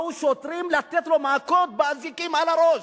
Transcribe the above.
באו שוטרים לתת לו מכות באזיקים על הראש.